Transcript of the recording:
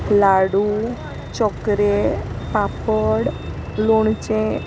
लाडू चोकरे पापड लोणचें